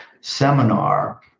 seminar